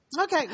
Okay